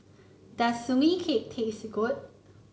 does Sugee Cake taste good